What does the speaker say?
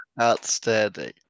Outstanding